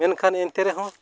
ᱢᱮᱱᱠᱷᱟᱱ ᱮᱱᱛᱮ ᱨᱮᱦᱚᱸ